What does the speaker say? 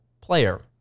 player